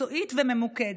מקצועית וממוקדת.